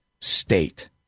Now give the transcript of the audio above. state